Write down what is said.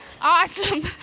Awesome